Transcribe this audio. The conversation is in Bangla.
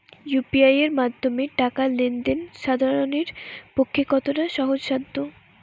ইউ.পি.আই এর মাধ্যমে টাকা লেন দেন সাধারনদের পক্ষে কতটা সহজসাধ্য?